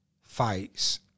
fights